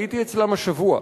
הייתי אצלם השבוע.